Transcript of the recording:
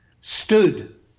stood